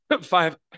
Five